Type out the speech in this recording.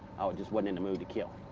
and just wasn't in the mood to kill.